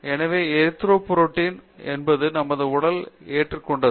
எனவே எரித்ரோபொய்டின் என்பது நம் உடலைக் கொண்டது